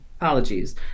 apologies